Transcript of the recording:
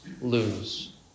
lose